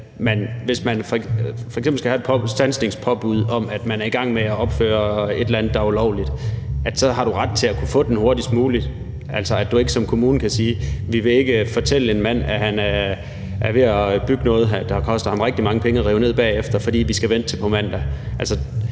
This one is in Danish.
i forbindelse med at man er i gang med at opføre et eller andet, der er ulovligt; så har du ret til at kunne få det hurtigst muligt. Altså, her skal du ikke som kommune kunne sige: Vi vil ikke fortælle en mand, at han er ved at bygge noget, der vil koste ham rigtig mange penge at rive ned bagefter, for vi skal vente til på mandag.